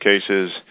cases